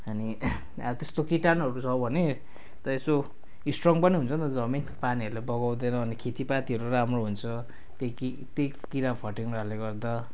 अनि अब त्यस्तो किटाणुहरू छ भने त यसो स्ट्रङ पनि हुन्छ नि त जमिन पानीहरूले बगाउँदैन अनि खेतीपातीहरू राम्रो हुन्छ त्यही किरा फटेङग्राहरूले गर्दा